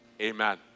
Amen